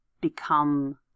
become